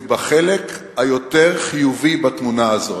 היא בחלק היותר-חיובי בתמונה הזאת.